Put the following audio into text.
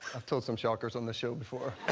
i've told some shockers on this show before